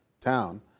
town